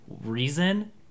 reason